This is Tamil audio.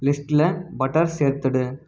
லிஸ்ட்டில் பட்டர் சேர்த்துவிடு